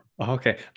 Okay